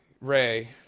Ray